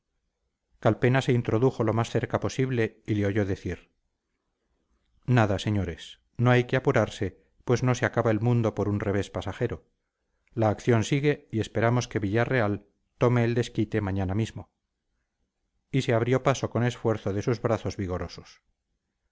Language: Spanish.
calpena se introdujo lo más cerca posible y le oyó decir nada señores no hay que apurarse pues no se acaba el mundo por un revés pasajero la acción sigue y esperamos que villarreal tome el desquite mañana mismo y se abrió paso con esfuerzo de sus brazos vigorosos